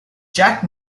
jack